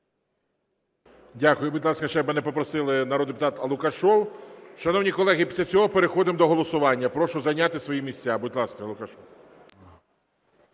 Дякую. Будь ласка, ще мене попросили, народний депутат Лукашев. Шановні колеги, після цього переходимо до голосування. Прошу зайняти свої місця. Будь ласка, Лукашев.